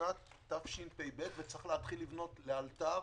לשנת תשפ"ב, ויש להתחיל לבנות לאלתר.